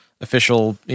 official